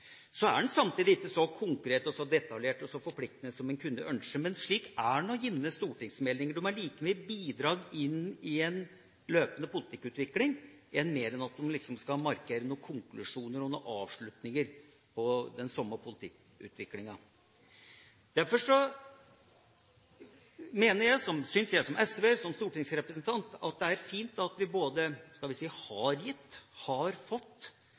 Så er den samtidig ikke så konkret, så detaljert og så forpliktende som man kunne ønske. Men slik er gjerne stortingsmeldinger. De er bidrag i en løpende politikkutvikling, mer enn at de liksom skal markere noen konklusjoner eller avslutninger på den samme politikkutviklinga. Derfor mener og syns jeg som SV-er og stortingsrepresentant at det er fint at vi både har gitt, har fått